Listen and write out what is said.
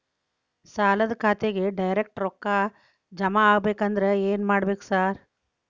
ಸಾಲದ ಖಾತೆಗೆ ಡೈರೆಕ್ಟ್ ರೊಕ್ಕಾ ಜಮಾ ಆಗ್ಬೇಕಂದ್ರ ಏನ್ ಮಾಡ್ಬೇಕ್ ಸಾರ್?